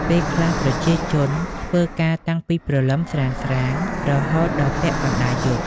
ពេលខ្លះប្រជាជនធ្វើការតាំងពីព្រលឹមស្រាងៗរហូតដល់ពាក់កណ្ដាលយប់។